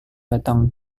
datang